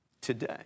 today